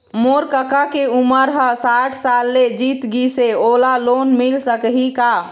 मोर कका के उमर ह साठ ले जीत गिस हे, ओला लोन मिल सकही का?